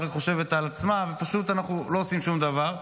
רק חושבת על עצמה ופשוט אנחנו לא עושים שום דבר,